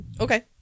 Okay